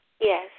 Yes